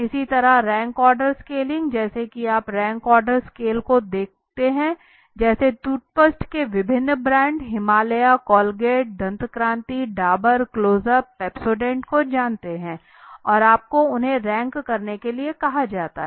इसी तरह rank order scaling जैसे कि आपने रैंक ऑर्डर स्केल से देखा था जैसा टूथपेस्ट के विभिन्न brand Himalaya Colgate Dant Kanti Dabur close up Pepsodent को जानते हैं और आपको उन्हें रैंक करने के लिए कहा जाता है